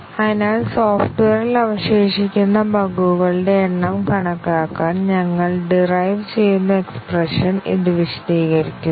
അതിനാൽ സോഫ്റ്റ്വെയറിൽ അവശേഷിക്കുന്ന ബഗുകളുടെ എണ്ണം കണക്കാക്കാൻ ഞങ്ങൾ ഡിറൈവ് ചെയ്യുന്ന എക്സ്പ്രെഷൻ ഇത് വിശദീകരിക്കുന്നു